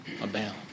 abound